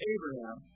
Abraham